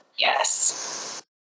Yes